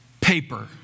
paper